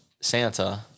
Santa